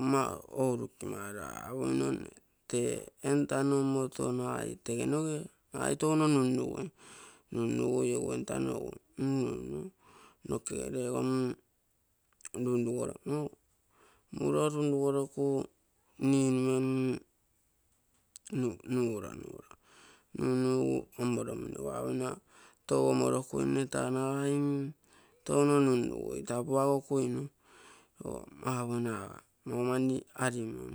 ama ourukimaro apomino nne tee etano omoto nagai tege noge nagai touno nunnugui. Egu entano egu nunnuni nokogere ogo mm lan-lugoroka muuro lunlugoroku ninue nuuro, nunugu omoromino egu apommo tou amorokuine taa nagai mm touno nunnugui taa puagokuinu, egu apomino aga maumani arimon.